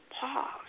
pause